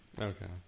Okay